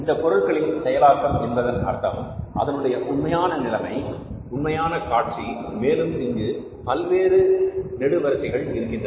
இந்த பொருட்களின் செயலாக்கம் என்பதன் அர்த்தம் அதனுடைய உண்மையான நிலைமை உண்மையான காட்சி மேலும் இங்கு பல்வேறு நெடு வரிசைகள் இருக்கின்றன